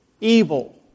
evil